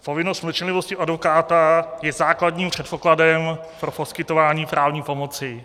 Povinnost mlčenlivosti advokáta je základním předpokladem pro poskytování právní pomoci.